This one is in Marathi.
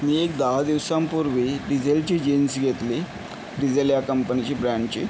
मी दहा दिवसांपूर्वी डिजेलची जीन्स घेतली डिजेल या कंपनीची ब्रॅनची